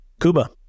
Kuba